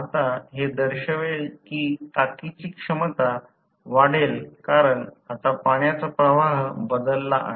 आता हे दर्शवेल की टाकीची क्षमता वाढेल कारण आता पाण्याचा प्रवाह बदलला आहे